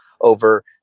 over